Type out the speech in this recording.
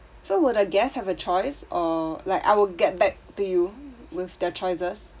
so will the guests have a choice or like I will get back to you with their choices